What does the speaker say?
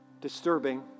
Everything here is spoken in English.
disturbing